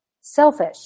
Selfish